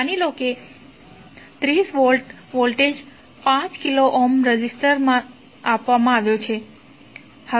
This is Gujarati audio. માની લો કે 30 વોલ્ટ વોલ્ટેજ 5 કિલો ઓહ્મના રેઝિસ્ટર ને આપવામાં આવ્યો છે